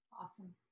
Awesome